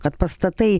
kad pastatai